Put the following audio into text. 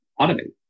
automate